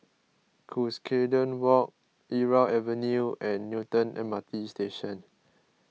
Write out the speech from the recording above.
Cuscaden Walk Irau Avenue and Newton M R T Station